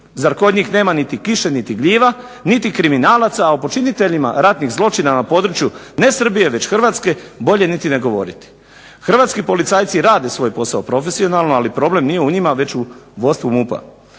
Zar kod njih nema niti kiše, niti gljiva, niti kriminalaca, a o počiniteljima ratnih zločina na području ne Srbije već Hrvatske bolje niti ne govoriti. Hrvatski policajci rade svoj posao profesionalno ali problem nije u njima već u vodstvu MUP-a.